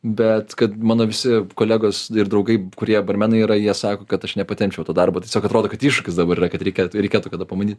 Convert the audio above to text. bet kad mano visi kolegos ir draugai kurie barmenai yra jie sako kad aš nepatempčiau to darbo tiesiog atrodo kad iššūkis dabar yra kad reikėtų reikėtų kada pabandyt